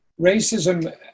racism